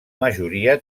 majoria